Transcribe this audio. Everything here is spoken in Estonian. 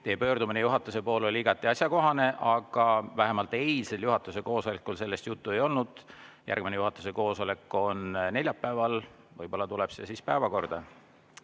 Teie pöördumine juhatuse poole oli igati asjakohane, aga vähemalt eilsel juhatuse koosolekul sellest juttu ei olnud. Järgmine juhatuse koosolek on neljapäeval, võib-olla tuleb see siis päevakorda.